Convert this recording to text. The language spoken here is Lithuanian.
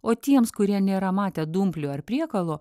o tiems kurie nėra matę dumplių ar priekalo